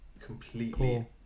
completely